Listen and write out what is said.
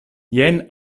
jen